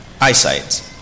eyesight